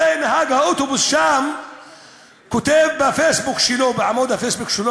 הרי נהג האוטובוס שם כותב בעמוד הפייסבוק שלו,